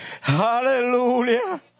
Hallelujah